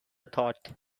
thought